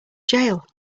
jail